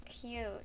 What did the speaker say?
cute